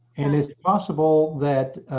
and it's possible that,